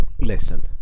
Listen